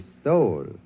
stole